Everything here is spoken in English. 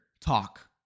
talk